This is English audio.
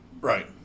Right